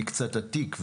אני קצת עתיק,